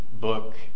book